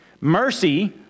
Mercy